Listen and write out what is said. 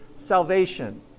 salvation